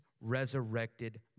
resurrected